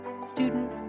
student